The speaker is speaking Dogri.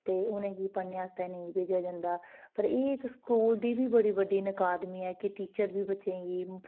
ते उनेंगी पढ़ने आस्तै नेईं भेजेआ जंदा पर एह् स्कूल दी बी बड़ी नाकादमी ऐ कि टीचर बी बच्चें गी